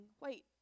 wait